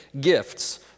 gifts